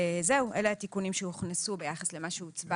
זהו, אלה התיקונים שהוכנסו ביחס למה שהוצבע